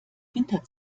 winter